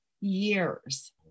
years